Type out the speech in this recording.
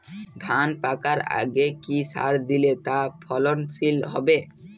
ধান পাকার আগে কি সার দিলে তা ফলনশীল হবে?